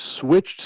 switched